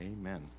Amen